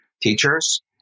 Teachers